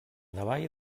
davall